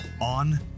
on